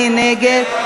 מי נגד?